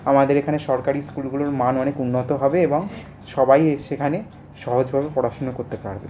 আমাদের এখানে সরকারি স্কুলগুলোর মান অনেক উন্নত হবে এবং সবাই সেখানে সহজভাবে পড়াশোনো করতে পারবে